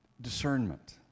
discernment